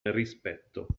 rispetto